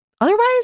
otherwise